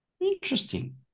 Interesting